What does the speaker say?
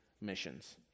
missions